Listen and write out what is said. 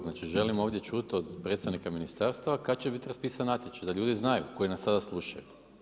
Znači želim ovdje čuti od predstavnika ministarstva kada će biti raspisan natječaj, da ljudi znaju koji nas sada slušaju.